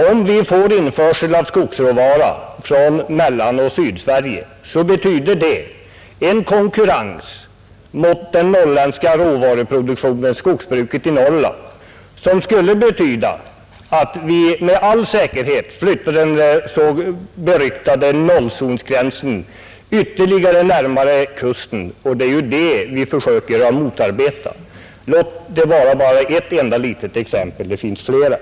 Om vi får införsel av skogsråvara från Mellanoch Sydsverige, så blir det en konkurrens med skogsbruket i Norrland som betyder att vi med all säkerhet flyttar den så — Nr 63 beryktade nollzonsgränsen ännu närmare kusten — och det är ju det vi Fredagen den försöker motarbeta. Detta var bara ett enda exempel — det finns flera.